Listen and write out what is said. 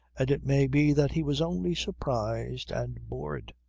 and it may be that he was only surprised and bored.